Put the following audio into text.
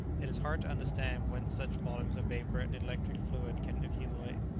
it is hard to understand whence such volumes of vapour and electric fluid can accumulate.